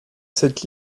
cette